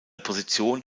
position